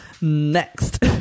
Next